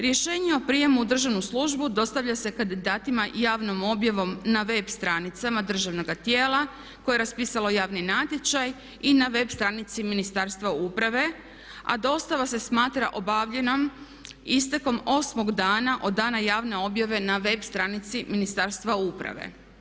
Rješenje o prijemu u državnu službu dostavlja se kandidatima javnom objavom na web stranicama državnoga tijela koje je raspisalo javni natječaj i na web stranici Ministarstva uprave a dostava se smatra obavljenom istekom 8. dana od dana javne objave na web stranici Ministarstva uprave.